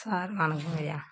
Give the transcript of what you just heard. sir வணக்கங்கய்யா